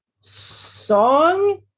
Song